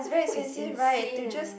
food is insane eh